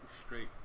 straight